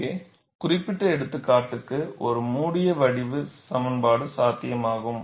இந்த குறிப்பிட்ட எடுத்துக்காட்டுக்கு ஒரு மூடிய வடிவ சமன்பாடு சாத்தியமாகும்